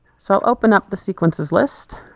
so open up the sequences list,